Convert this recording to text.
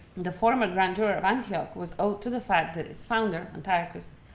the former grandeur of antioch was owed to the fact that its founder, antiochus,